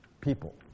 People